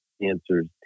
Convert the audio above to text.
answers